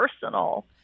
personal